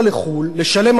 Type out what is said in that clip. לשלם אלפי דולרים,